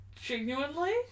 Genuinely